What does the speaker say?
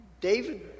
David